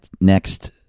next